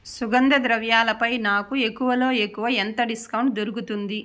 సుగంధ ద్రవ్యాలపై నాకు ఎక్కువలో ఎక్కువ ఎంత డిస్కౌంట్ దొరుకుతుంది